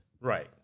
Right